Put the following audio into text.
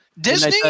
Disney